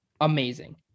amazing